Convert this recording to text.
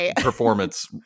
performance